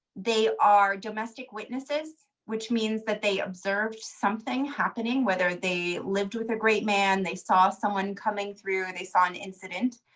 they are domestic witnesses, which means that they observed something happening, whether they lived with a great man, they saw someone coming through, and they saw an incident,